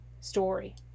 story